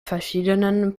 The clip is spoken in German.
verschiedenen